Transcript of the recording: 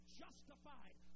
justified